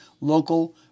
local